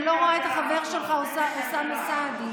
אני לא רואה את החבר שלך אוסאמה סעדי.